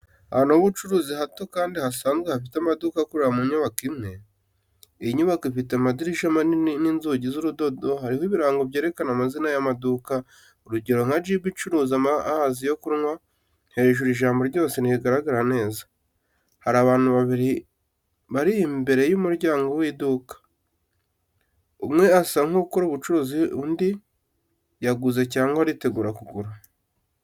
Ahantu h’ubucuruzi hato kandi hasanzwe hafite amaduka akorera mu nyubako imwe. Iyi nyubako ifite amadirishya manini n'inzugi z'urudodo hariho ibirango byerekana amazina y’amaduka urugero nka jibu icuruza amazi yo kunywa hejuru ijambo ryose ntirigaragara neza. Hari abantu babiri bari imbere y’umuryango w’iduka, umwe asa nk’ukora ubucuruzi undi yaguze cyangwa aritegura kugura.